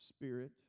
spirit